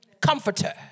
comforter